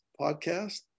podcast